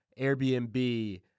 Airbnb